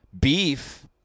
beef